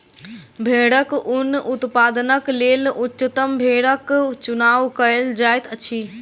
भेड़क ऊन उत्पादनक लेल उच्चतम भेड़क चुनाव कयल जाइत अछि